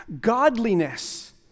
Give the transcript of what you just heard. godliness